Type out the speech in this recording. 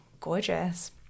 Gorgeous